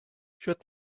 sut